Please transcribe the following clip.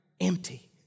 empty